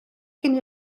cyn